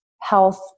health